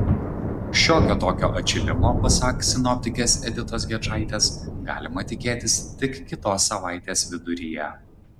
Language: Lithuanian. šiokio tokio atšilimo pasak sinoptikės editos gečaitės galima tikėtis tik kitos savaitės viduryje